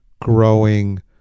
growing